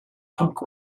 punk